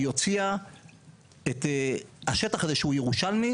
היא הוציאה את השטח הזה שהוא ירושלמי,